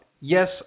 Yes